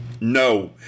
No